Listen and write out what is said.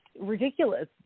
ridiculous